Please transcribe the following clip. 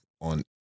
on